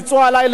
אולי,